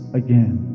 again